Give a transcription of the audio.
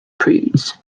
prudes